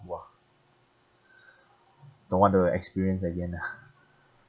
!wah! don't want to experience again ah